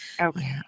Okay